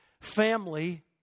family